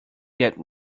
get